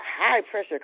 high-pressure